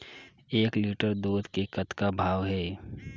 एक लिटर दूध के कतका भाव हे?